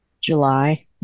July